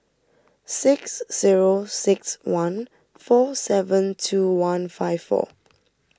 six zero six one four seven two one five four